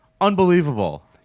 Unbelievable